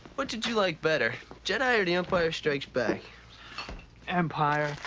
what did you like better jedi or the empire strikes back empire.